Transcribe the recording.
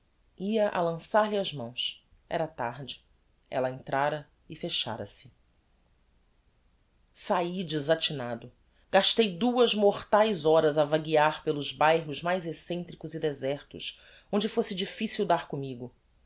ia a lançar-lhe as mãos era tarde ella entrára e fechara se sahi desatinado gastei duas mortaes horas a vaguear pelos bairros mais excentricos e desertos onde fosse difficil dar commigo